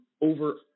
over